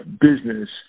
business